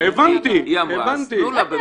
כי היא אמרה לה.